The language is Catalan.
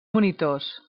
monitors